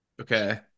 Okay